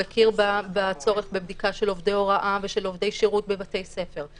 הוא הכיר בצורך בבדיקה של עובדי הוראה ושל עובדי שירות בבתי ספר,